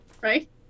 Right